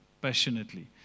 passionately